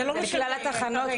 זה כלל התחנות.